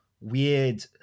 weird